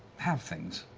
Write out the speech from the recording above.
have things.